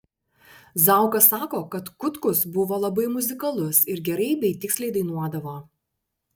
zauka sako kad kutkus buvo labai muzikalus ir gerai bei tiksliai dainuodavo